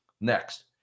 Next